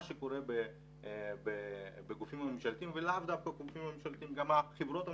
מה שקורה בגופים הממשלתיים וגם בחברות הממשלתיות,